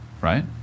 right